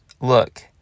look